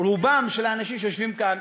רוב האנשים שיושבים כאן,